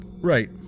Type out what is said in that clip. Right